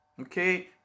okay